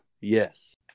Yes